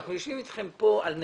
אנחנו יושבים אתכם כאן על נכים,